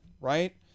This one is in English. right